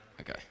Okay